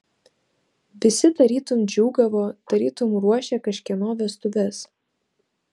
visi tarytum džiūgavo tarytum ruošė kažkieno vestuves